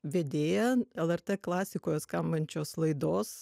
vedėja lrt klasikoje skambančios laidos